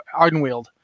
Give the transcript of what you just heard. Ardenwield